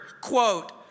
quote